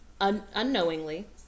unknowingly